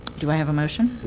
do i have a motion?